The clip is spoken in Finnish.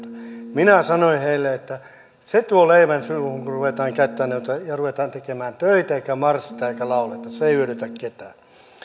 minä sanoin heille että se tuo leivän suuhun kun ruvetaan käyttämään noita ja ruvetaan tekemään töitä eikä marssita eikä lauleta se ei hyödytä ketään